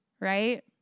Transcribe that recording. right